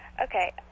Okay